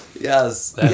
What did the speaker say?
Yes